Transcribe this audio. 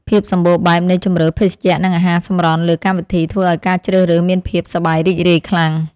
ភាពសម្បូរបែបនៃជម្រើសភេសជ្ជៈនិងអាហារសម្រន់លើកម្មវិធីធ្វើឱ្យការជ្រើសរើសមានភាពសប្បាយរីករាយខ្លាំង។